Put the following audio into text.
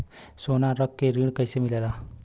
सोना रख के ऋण कैसे मिलेला?